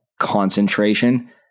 concentration